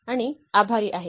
आणि आभारी आहे